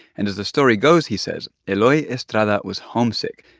and as the story goes, he says, eloy estrada was homesick.